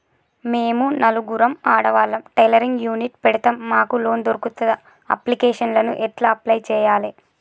మేము నలుగురం ఆడవాళ్ళం టైలరింగ్ యూనిట్ పెడతం మాకు లోన్ దొర్కుతదా? అప్లికేషన్లను ఎట్ల అప్లయ్ చేయాలే?